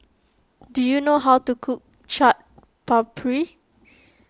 do you know how to cook Chaat Papri